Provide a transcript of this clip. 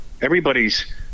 everybody's